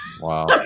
Wow